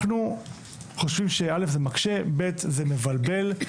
אנחנו חושבים ש-א', זה מקשה, ב', זה מבלבל.